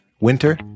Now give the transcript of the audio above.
winter